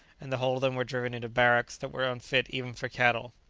and the whole of them were driven into barracks that were unfit even for cattle,